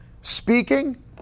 Speaking